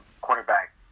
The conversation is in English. quarterback